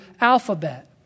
alphabet